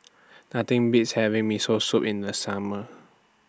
Nothing Beats having Miso Soup in The Summer